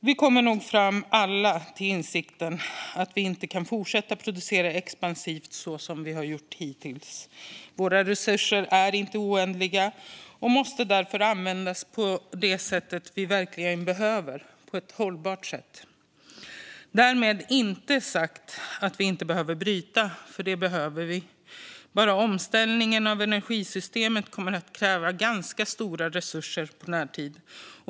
Vi kommer nog alla fram till insikten att vi inte kan fortsätta producera expansivt så som vi har gjort hittills. Våra resurser är inte oändliga och måste därför användas till det vi verkligen behöver - och på ett hållbart sätt. Därmed är inte sagt att vi inte behöver bryta, för det behöver vi. Bara omställningen av energisystemet kommer att kräva ganska stora resurser i närtid.